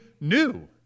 new